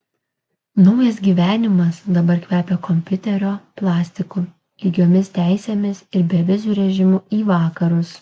naujas gyvenimas dabar kvepia kompiuterio plastiku lygiomis teisėmis ir beviziu režimu į vakarus